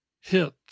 hit